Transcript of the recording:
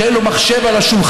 שאין לו מחשב על השולחן,